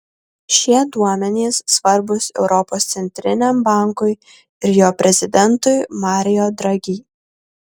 šie duomenys svarbūs europos centriniam bankui ir jo prezidentui mario draghi